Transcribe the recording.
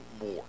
more